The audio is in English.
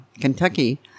Kentucky